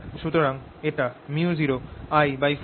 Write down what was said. সুতরাং এটা µ0I4πds1r r